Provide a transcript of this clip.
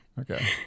Okay